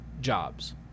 jobs